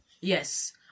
Yes